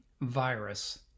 virus